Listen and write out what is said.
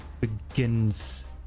begins